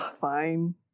Fine